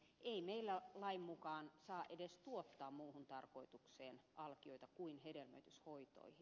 ei meillä lain mukaan saa edes tuottaa muuhun tarkoitukseen alkioita kuin hedelmöityshoitoihin